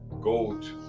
gold